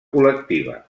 col·lectiva